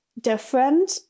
different